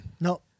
no